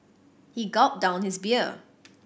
he gulped down his beer